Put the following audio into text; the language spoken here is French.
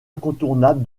incontournable